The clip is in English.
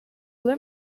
let